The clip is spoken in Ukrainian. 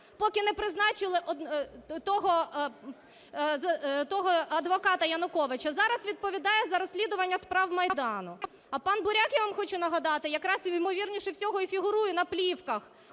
поки не призначили того адвоката Януковича, зараз відповідає за розслідування справ Майдану. А пан Буряк, я вам хочу нагадати, якраз ймовірніше всього і фігурує на плівках